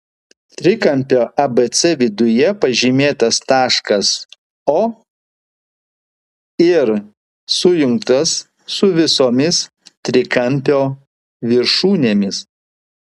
trikampio abc viduje pažymėtas taškas o ir sujungtas su visomis trikampio viršūnėmis